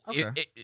Okay